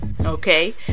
okay